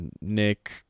Nick